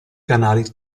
canali